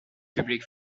public